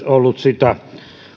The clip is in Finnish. ollut sitä myös